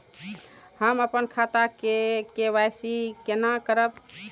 हम अपन खाता के के.वाई.सी केना करब?